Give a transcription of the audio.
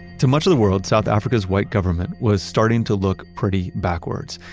to much of the world, south africa's white government was starting to look pretty backwards.